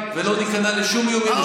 ולא ניכנע לשום איומים ושום הפחדות.